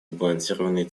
сбалансированный